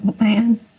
man